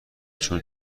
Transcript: چون